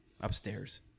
upstairs